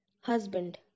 husband